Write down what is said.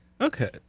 Okay